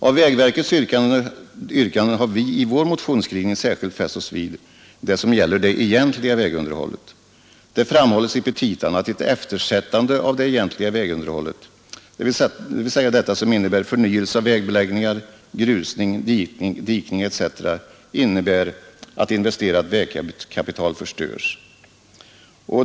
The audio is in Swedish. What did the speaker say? Av vägverkets yrkanden har vi i vår motionsskrivning särskilt fäst oss vid det som gäller det egentliga vägunderhållet. Det framhålles i petitan att ett eftersättande av det egentliga vägunderhållet, dvs. det som innebär förnyelse av vägbeläggningar, grusning, dikning etc., innebär att investerat vägkapital förstörs.